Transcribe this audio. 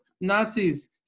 Nazis